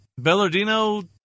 Bellardino